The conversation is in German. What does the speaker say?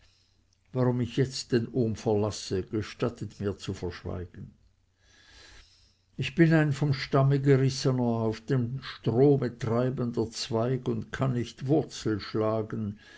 warum ich jetzt den ohm verlasse gestattet mir zu verschweigen ich bin ein vom stamme gerissener auf dem strome treibender zweig und kann nicht wurzel schlagen